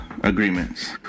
agreements